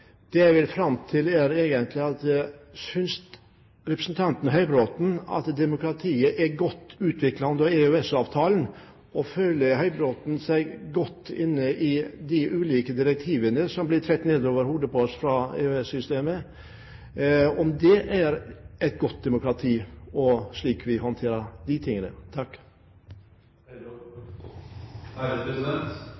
Det jeg vil fram til, er: Synes representanten Høybråten at demokratiet er godt utviklet under EØS-avtalen, og føler Høybråten seg vel med de ulike direktivene som blir trukket ned over hodet på oss av EU-systemet? Er det et godt demokrati, slik vi håndterer de tingene?